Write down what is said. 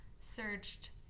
searched